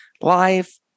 life